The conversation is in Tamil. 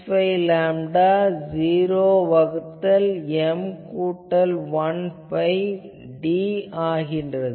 65 லேம்டா 0 வகுத்தல் M கூட்டல் 1 பை d ஆகிறது